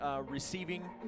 receiving